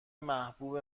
محبوب